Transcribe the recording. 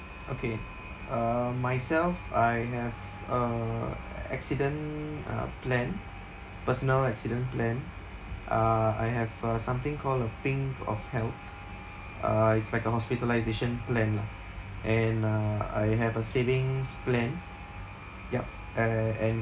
okay uh myself I have uh a~ accident uh plan personal accident plan uh I have uh something called Pink of Health uh it's like a hospitalisation plan lah and uh I have a savings plan yup a~ and